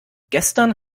gestern